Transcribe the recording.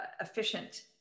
efficient